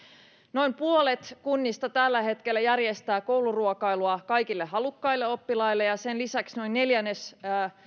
noin puolet kunnista tällä hetkellä järjestää kouluruokailua kaikille halukkaille oppilaille ja ja sen lisäksi noin neljännes